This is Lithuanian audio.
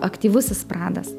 aktyvusis pradas